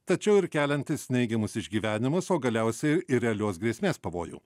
tačiau ir keliantis neigiamus išgyvenimus o galiausiai ir realios grėsmės pavojų